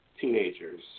teenagers